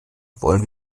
wollen